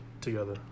together